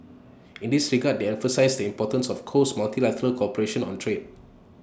in this regard they emphasised the importance of close multilateral cooperation on trade